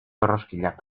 erroskillak